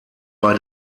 bei